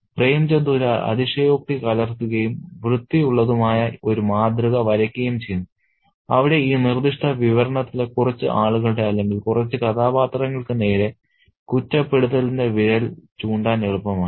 പ്രേംചന്ദ് ഒരു അതിശയോക്തി കലർത്തുകയും വൃത്തിയുള്ളതുമായ ഒരു മാതൃക വരയ്ക്കുകയും ചെയ്യുന്നു അവിടെ ഈ നിർദ്ദിഷ്ട വിവരണത്തിലെ കുറച്ച് ആളുകളുടെ അല്ലെങ്കിൽ കുറച്ച് കഥാപാത്രങ്ങൾക്ക് നേരെ കുറ്റപ്പെടുത്തലിന്റെ വിരൽ ചൂണ്ടാൻ എളുപ്പമാണ്